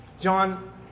John